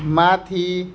माथि